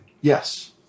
Yes